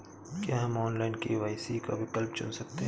क्या हम online KYC का विकल्प चुन सकते हैं?